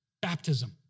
baptism